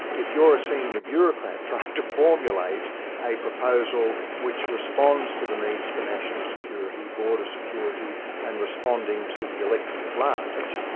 if you're a senior bureaucrat trying to formulate a proposal which responds to the needs for national security, border security and responding to the electorate at large,